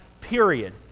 period